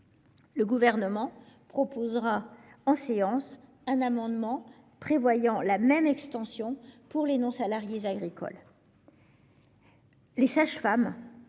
Le Gouvernement proposera en séance un amendement prévoyant la même extension aux non-salariées agricoles.